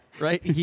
right